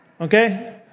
Okay